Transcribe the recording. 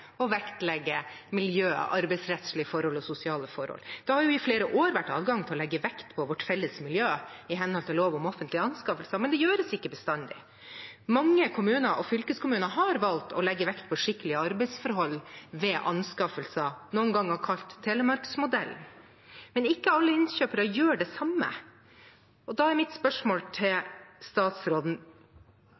å vektlegge miljø, arbeidsrettslige forhold og sosiale forhold. Det har i flere år vært adgang til å legge vekt på vårt felles miljø i henhold til lov om offentlige anskaffelser, men det gjøres ikke bestandig. Mange kommuner og fylkeskommuner har valgt å legge vekt på skikkelige arbeidsforhold ved anskaffelser, noen ganger kalt Telemarksmodellen, men ikke alle innkjøpere gjør det samme. Da er mitt spørsmål til statsråden: